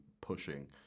pushing